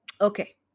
Okay